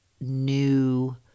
new